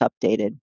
updated